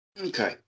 Okay